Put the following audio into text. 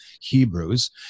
Hebrews